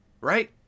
Right